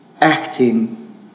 acting